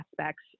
aspects